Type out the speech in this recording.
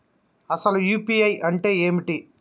అసలు యూ.పీ.ఐ అంటే ఏమిటి?